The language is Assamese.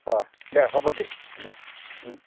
অঁ দে হ'ব দে